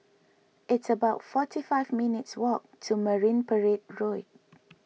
it's about forty five minutes' walk to Marine Parade Road